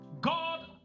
God